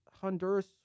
Honduras